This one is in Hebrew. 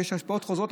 שיש השפעות חוזרות,